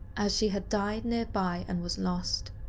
as she had died nearby and was lost.